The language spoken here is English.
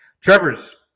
Trevor's